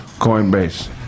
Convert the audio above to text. Coinbase